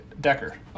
Decker